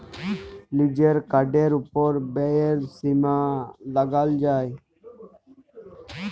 লিজের কার্ডের ওপর ব্যয়ের সীমা লাগাল যায়